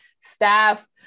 staff